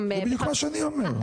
גם --- זה בדיוק מה שאני אומר.